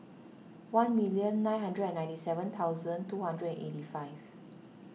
one million nine hundred ninety seven thousand two hundred eighty five